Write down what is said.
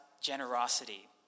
generosity